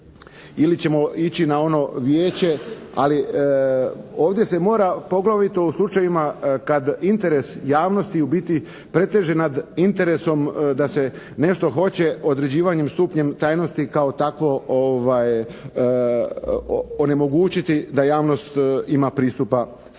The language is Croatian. ili ćemo ići na ono vijeće, ali ovdje se mora poglavito u slučajevima kad interes javnosti u biti preteže nad interesom da se nešto hoće određivanjem stupnja tajnosti kao takvo onemogućiti da javnost ima pristupa svemu